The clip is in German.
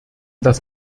das